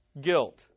guilt